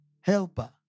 helper